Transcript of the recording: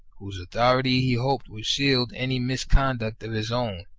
whose authority he hoped would shield any misconduct of his own.